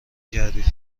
کردی